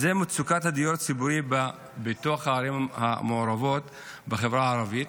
אז זו מצוקת הדיור הציבורי בתוך הערים המעורבות בחברה הערבית,